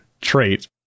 trait